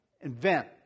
invent